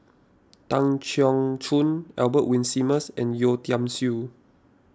Tan Keong Choon Albert Winsemius and Yeo Tiam Siew